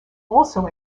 also